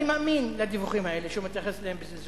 אני מאמין לדיווחים האלה שהוא מתייחס אליהם בזלזול,